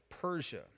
Persia